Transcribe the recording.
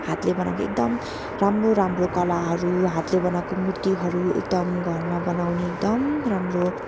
हातले बनाएको एकदम राम्रो राम्रो कलाहरू हातले बनाएको मूर्तिहरू एकदम घरमा बनाउने एकदम राम्रो